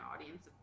audience